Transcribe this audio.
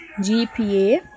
GPA